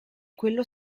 quello